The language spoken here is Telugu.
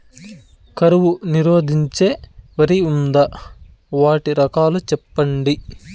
కరువు నిరోధించే వరి ఉందా? వాటి రకాలు చెప్పండి?